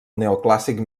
neoclàssic